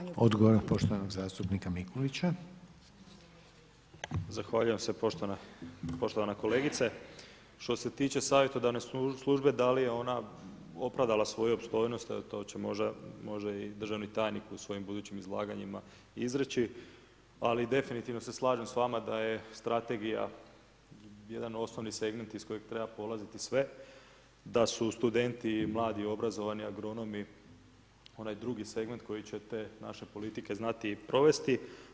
Zahvaljujem se poštovana kolegice, što se tiče savjetodavne službe da li je ona opravdala svoju opstojnost, to će možda i državni tajnik u svojim budućim izlaganjima izreći, ali def. se slažem s vama da j strategija jedan osnovni segment iz kojeg treba polaziti sve, da su studenti, mladi, obrazovani agronomi, onaj drugi segment koji ćete naše politike znati i provesti.